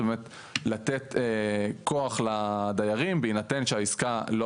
שזה באמת לתת כוח לדיירים בהינתן שהעסקה לא